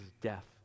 death